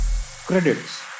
Credits